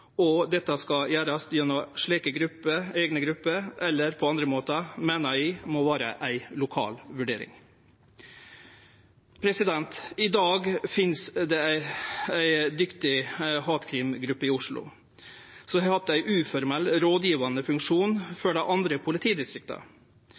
og om dette skal gjerast gjennom eigne grupper eller på andre måtar, meiner eg må vere ei lokal vurdering. I dag finst det ei dyktig hatkrimgruppe i Oslo som har hatt ein uformell rådgjevande funksjon